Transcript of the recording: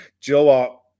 Joe